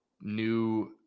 new